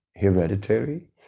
hereditary